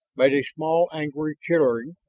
made a small angry chittering,